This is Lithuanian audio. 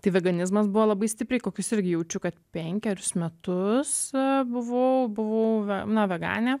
tai veganizmas buvo labai stipriai kokius irgi jaučiu kad penkerius metus buvau buvau ve na veganė